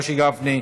משה גפני,